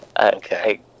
Okay